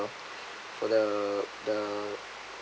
for the the